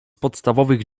podstawowych